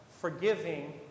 forgiving